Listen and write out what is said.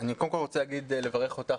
אני קודם כל רוצה לברך אותך,